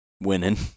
winning